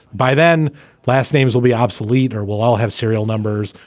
by then last names will be obsolete or will all have serial numbers,